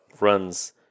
runs